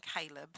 Caleb